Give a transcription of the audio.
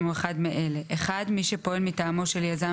אם הוא אחד מאלה: מי שפועל מטעמו של יזם